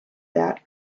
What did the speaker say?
that